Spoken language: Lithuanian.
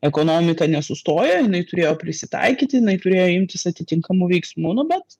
ekonomika nesustojo jinai turėjo prisitaikyt jinai turėjo imtis atitinkamų veiksmų nu bet